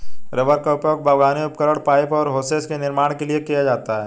rubber का उपयोग बागवानी उपकरण, पाइप और होसेस के निर्माण के लिए किया जाता है